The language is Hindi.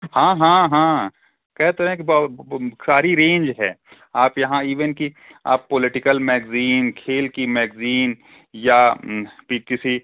हाँ हाँ हाँ कह तो रहे हैं बहो सारी रेंज है आप यहाँ इवेन कि आप पोलिटिकल मेगज़ीन खेल की मेगज़ीन या फिर किसी